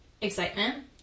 excitement